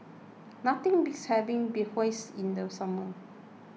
nothing beats having Bratwurst in the summer